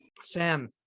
Sam